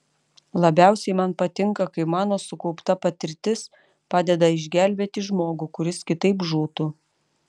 labiausiai man patinka kai mano sukaupta patirtis padeda išgelbėti žmogų kuris kitaip žūtų